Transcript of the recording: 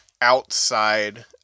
outside